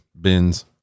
bins